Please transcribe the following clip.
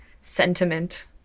Sentiment